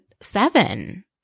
seven